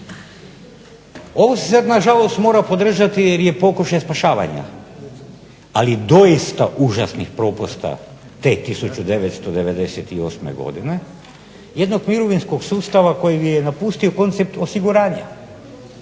Ovo se sad nažalost mora podržati jer je pokušaj spašavanja ali doista užasnih propusta te 1998. godine jednog mirovinskog sustava koji je napustio koncept osiguranja.